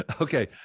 Okay